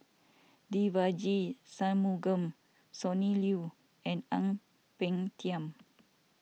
Devagi Sanmugam Sonny Liew and Ang Peng Tiam